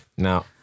Now